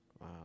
Wow